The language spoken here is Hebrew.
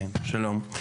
שלום.